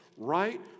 right